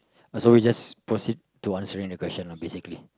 uh so we just proceed to answering the question lah basically